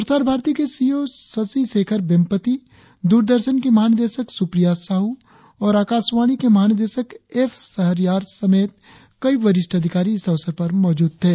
प्रसार भारती के सीईओ शशि शेखर वेम्पति दूरदर्शन की महानिदेशक सुप्रिया साहू और आकाशवाणी के महानिदेशक एफ शहरयार समेत कई वरिष्ठ अधिकारी इस अवसर पर मौजूद थे